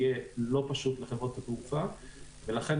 יהיה לא פשוט לחברות התעופה ולכן,